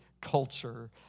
culture